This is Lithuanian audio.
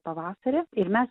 pavasarį ir mes